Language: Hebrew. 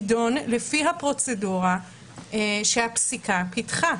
להידון לפי הפרוצדורה שהפסיקה פיתחה,